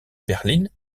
berline